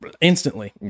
instantly